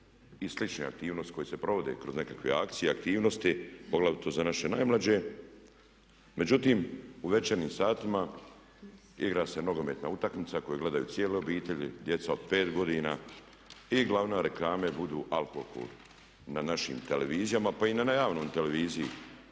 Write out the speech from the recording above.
i slične aktivnosti koje se provode kroz nekakve akcije i aktivnosti poglavito za naše najmlađe. Međutim, u večernjim satima igra se nogometna utakmica koju gledaju cijele obitelji, djeca od pet godina i glavne reklame budu alkohol na našim televizijama, pa i na javnoj televiziji,